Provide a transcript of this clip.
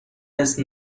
اسم